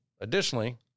Additionally